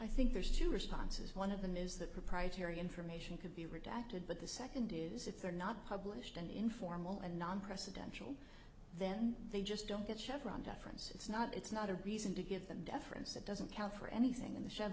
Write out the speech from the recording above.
i think there's two responses one of them is that proprietary information could be redacted but the second use if they're not published and informal and non presidential then they just don't get chevron deference it's not it's not a reason to give them deference that doesn't count for anything in the che